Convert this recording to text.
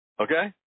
Okay